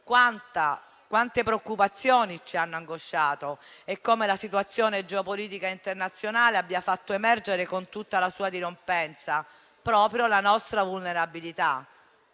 quante preoccupazioni ci hanno angosciato; hanno già dimenticato come la situazione geopolitica internazionale abbia fatto emergere con tutta la sua dirompenza proprio la nostra vulnerabilità,